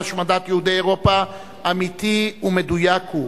השמדת יהודי אירופה אמיתי ומדויק הוא,